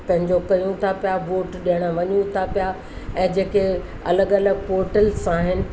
पंहिंजो कयूं था पिया वोट ॾियणु वञूं था पिया ऐं जेके अलॻि अलॻि पोर्टल्स आहिनि